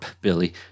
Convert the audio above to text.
Billy